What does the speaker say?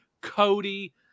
Cody